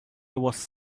was